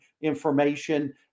information